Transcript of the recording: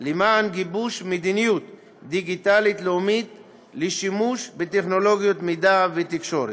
למען גיבוש מדיניות דיגיטלית לאומית לשימוש בטכנולוגיות מידע ותקשורת.